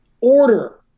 order